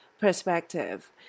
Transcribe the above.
perspective